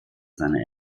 seiner